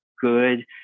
good